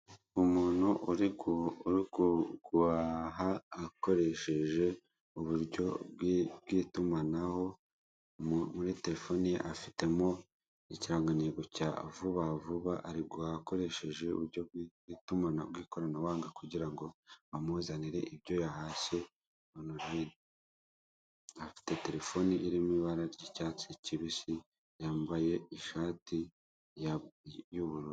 Umuntu uri guhaha akoresheje uburyo bw'itumanaho muri terefoni ye afitemo ikiranganego cya Vuba Vuba ari guhaha akoresheje uburyo bw'itumana bw'ikoranabuhanga kugira ngo bamuzanire ibyo yahashye online, afite terefoni irimo ibara ry'icyatsi cyibisi yambaye ishati y'ubururu.